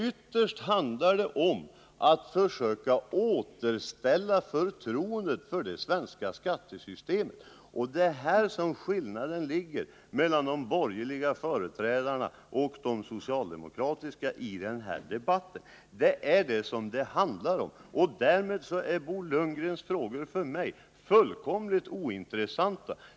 Ytterst handlar det om att försöka återställa förtroendet för det svenska skattesystemet, och det är här som skillnaden finns mellan de borgerliga företrädarna och socialdemokraterna i denna debatt. Det är det som det handlar om, och därmed är Bo Lundgrens frågor fullkomligt ointressanta för mig.